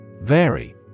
Vary